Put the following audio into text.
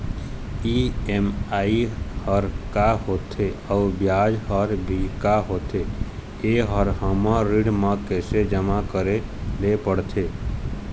EMI हर का होथे अऊ ब्याज हर भी का होथे ये हर हमर ऋण मा कैसे जमा करे ले पड़ते?